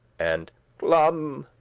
and clum,